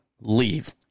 leave